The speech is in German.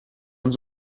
und